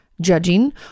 judging